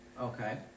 Okay